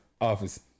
Office